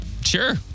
Sure